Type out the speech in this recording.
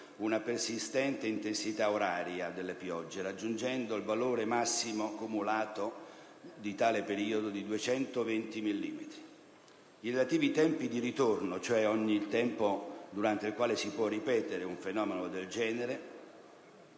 una persistente intensità oraria delle piogge, raggiungendo il valore massimo cumulato di tale periodo di 220 millimetri. I relativi tempi di ritorno, cioè ogni tempo durante il quale si può ripetere un fenomeno del genere,